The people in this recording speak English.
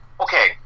okay